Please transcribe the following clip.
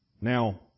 Now